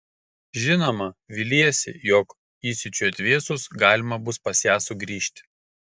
žinoma viliesi jog įsiūčiui atvėsus galima bus pas ją sugrįžti